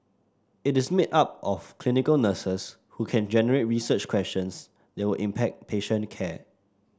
it is made up of clinical nurses who can generate research questions that will impact patient care